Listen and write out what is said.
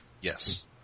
Yes